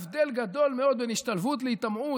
יש הבדל גדול מאוד בין השתלבות להיטמעות.